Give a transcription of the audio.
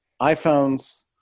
iPhones